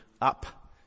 up